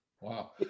wow